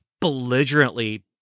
belligerently